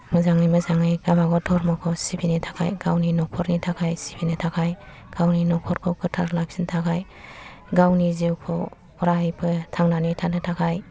मोजाङै मोजाङै गावबा गाव धर्मखौ सिबिनो थाखाय गावनि न'खरनि थाखाय सिबिनो थाखाय गावनि न'खरखौ गोथार लाखिनो थाखाय गावनि जिउखौ अरायबो थांनानै थानो थाखाय